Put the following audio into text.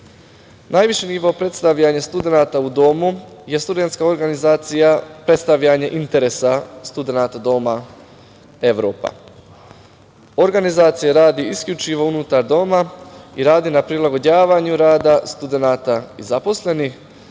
Najviši nivo predstavljanja studenata u domu je studentska organizacija Predstavljanje interesa studenata doma „Evropa“. Organizacija radi isključivo unutar doma i radi na prilagođavanju rada studenata i zaposlenih